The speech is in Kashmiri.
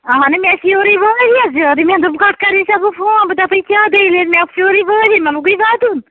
اَہَنُو مےٚ پھیوٗرٕے واریاہ زیادٕ مےٚ دوٚپ گۄڈٕ کَرے ژےٚ بہٕ فون بہٕ دَپے کیاہ دٔلیٖل مےٚ پھیوٗرے واریاہ مےٚ لوگُے وَدُن